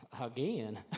again